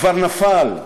כבר נפל,